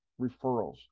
referrals